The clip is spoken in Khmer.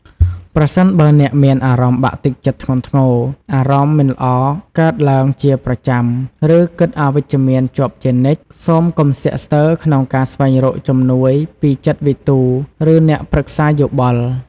ប្រសិនបើអ្នកមានអារម្មណ៍បាក់ទឹកចិត្តធ្ងន់ធ្ងរ អារម្មណ៍មិនល្អកើតឡើងជាប្រចាំ ឬគិតអវិជ្ជមានជាប់ជានិច្ច សូមកុំស្ទាក់ស្ទើរក្នុងការស្វែងរកជំនួយពីចិត្តវិទូ ឬអ្នកប្រឹក្សាយោបល់។